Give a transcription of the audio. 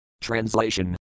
Translation